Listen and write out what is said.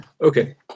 Okay